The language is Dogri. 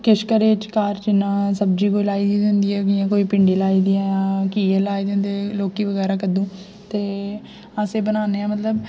किश घरै च घर जि'यां सब्जी कोई लाई दी होंदी ऐ जि'यां कोई भिंडी लाई दी होंदी ऐ घिये लाए दे होंदे लौकी बगैरा कद्दुं ते अस एह् बनाने आं मतलब